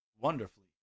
wonderfully